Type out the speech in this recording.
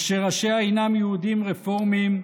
אשר ראשיה הינם יהודים רפורמים,